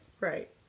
Right